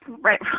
Right